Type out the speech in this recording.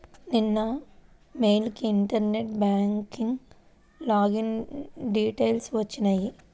నిన్న మెయిల్ కి internet bank login details వచ్చినియ్యి